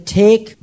take